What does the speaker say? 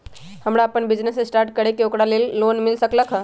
हमरा अपन business start करे के है ओकरा लेल लोन मिल सकलक ह?